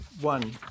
one